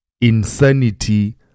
insanity